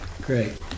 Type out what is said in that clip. Great